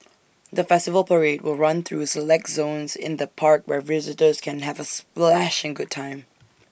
the festival parade will run through select zones in the park where visitors can have A splashing good time